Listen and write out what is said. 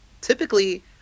typically